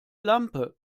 lampe